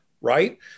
right